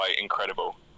incredible